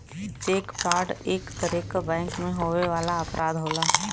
check fraud एक तरे क बैंक में होए वाला अपराध होला